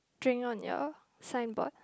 drink on your signboard